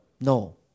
no